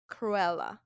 Cruella